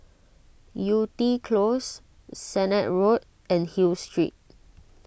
Yew Tee Close Sennett Road and Hill Street